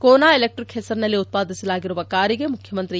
Kona electric ಹೆಸರಿನಲ್ಲಿ ಉತ್ಪಾದಿಸಲಾಗಿರುವ ಕಾರಿಗೆ ಮುಖ್ಚಮಂತ್ರಿ ಇ